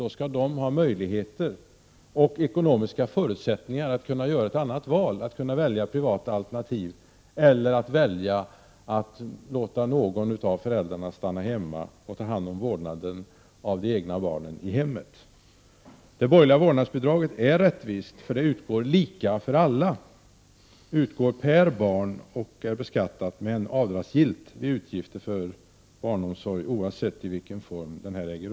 De skall då ha möjligheter och ekonomiska förutsättningar att kunna göra ett annat val, att välja privata alternativ eller att välja att låta någon av föräldrarna stanna hemma och ta hand om vårdnaden av de egna barnen i hemmet. Det borgerliga vårdnadsbidraget är rättvist, eftersom det utgår lika för alla. Bidraget utgår per barn och är beskattat men avdragsgillt vid utgifter för barnomsorg oavsett i vilken form den utgår.